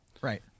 Right